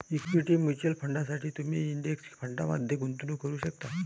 equity mutual फंडांसाठी तुम्ही index फंडमध्ये गुंतवणूक करू शकता